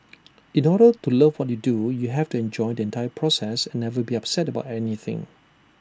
in order to love what you do you have to enjoy the entire process and never be upset about anything